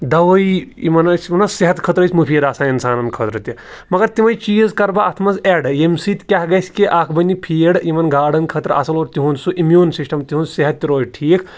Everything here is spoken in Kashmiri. دَوٲیی یِمَن ٲسۍ یِمَن اوس صحت خٲطرٕ ٲسۍ مُفیٖد آسان اِنسانَن خٲطرٕ تہِ مگر تِمٕے چیٖز کَرٕ بہٕ اَتھ منٛز اٮ۪ڈ ییٚمہِ سۭتۍ کیٛاہ گژھِ کہِ اَکھ بَنہِ فیٖڈ یِمَن گاڈَن خٲطرٕ اَصٕل اور تِہُنٛد سُہ اِمیوٗن سِسٹَم تِہُںٛد صحت تہِ روزِ ٹھیٖک